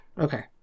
Okay